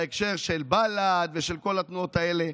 בהקשר של בל"ד ושל כל התנועות האלה,